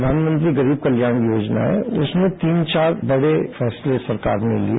जो प्रधानमंत्री गरीब कल्याण योजना है उसमें तीन चार बडे फैसले सरकार ने लिये